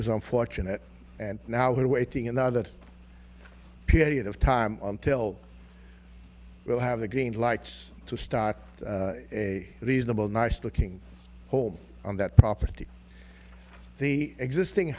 was unfortunate and now we're waiting another period of time until we'll have the green lights to start a reasonable nice looking home on that property the existing